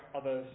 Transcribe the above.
others